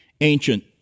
ancient